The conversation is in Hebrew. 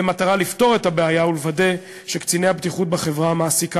במטרה לפתור את הבעיה ולוודא שקציני הבטיחות בחברה המעסיקה